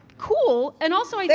cool. and also,